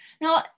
Now